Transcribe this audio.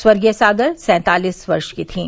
स्वर्गीय सागर सैंतालीस वर्ष की थीं